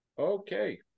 Okay